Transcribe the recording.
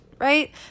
Right